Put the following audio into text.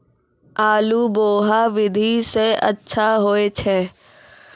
आलु बोहा विधि सै अच्छा होय छै?